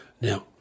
Now